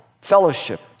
fellowship